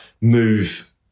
move